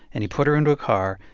and he put her into a car.